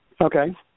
Okay